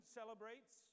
celebrates